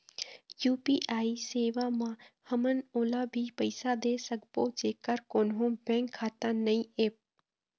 UPI सेवा म हमन ओला भी पैसा दे सकबो जेकर कोन्हो बैंक खाता नई ऐप?